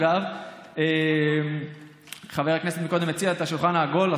אגב, חבר הכנסת הציע קודם את השולחן העגול.